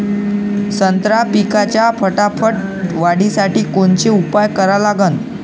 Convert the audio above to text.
संत्रा पिकाच्या फटाफट वाढीसाठी कोनचे उपाव करा लागन?